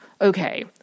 okay